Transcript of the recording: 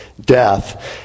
death